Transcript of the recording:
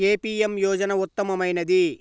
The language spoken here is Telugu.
ఏ పీ.ఎం యోజన ఉత్తమమైనది?